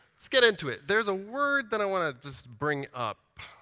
let's get into it. there's a word that i want to just bring up.